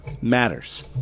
Matters